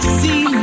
see